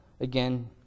again